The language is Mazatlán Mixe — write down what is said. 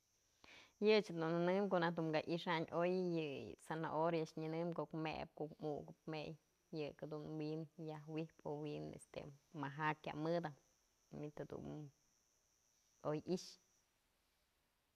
Yë ëch dun nënëm n*e ko'o naj dun ka i'ixän oy, yë zanahoria a'ax nyënëm kok më'ëbë, ko'o ukëp mëy, yëk jedun wi'in yaj wi'ijpë o wi'in este maja kya mëdë manytë jedun oy i'ixë.